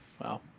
Wow